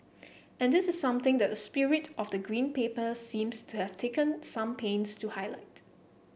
and this is something that the spirit of the Green Paper seems to have taken some pains to highlight